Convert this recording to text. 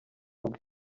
bwe